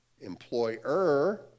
employer